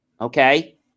Okay